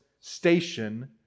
station